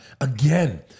again